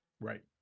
Right